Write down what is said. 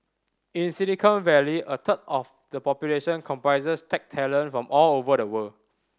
in Silicon Valley a third of the population comprises tech talent from all over the world